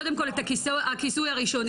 קודם כל הכיסוי הראשוני,